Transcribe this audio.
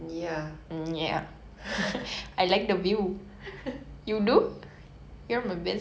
help god bless whoever's translating